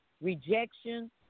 rejection